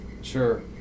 Sure